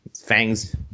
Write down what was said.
fangs